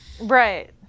Right